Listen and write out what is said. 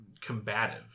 combative